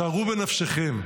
שערו בנפשכם,